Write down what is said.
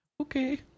okay